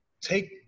take